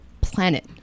planet